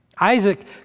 Isaac